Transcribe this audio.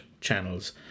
channels